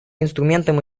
инструментом